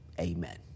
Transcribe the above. Amen